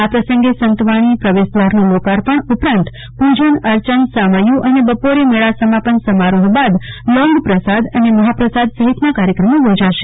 આ પ્રસંગે સંતવાણી પ્રવેશ દ્રારનું લોકાર્પણ ઉપરાંત પુજન અર્ચનસામૈયુ અને બપોરે મેળાનું સમાપન સમારોહ બાદ લોકપ્રસાદનું અને મહાપ્રસાદ સહિતના કાર્યક્રમો યોજાશે